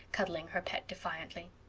cuddling her pet defiantly.